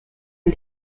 man